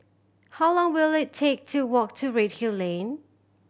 how long will it take to walk to Redhill Lane